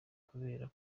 kubera